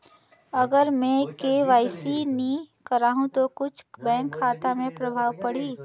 अगर मे के.वाई.सी नी कराहू तो कुछ बैंक खाता मे प्रभाव पढ़ी?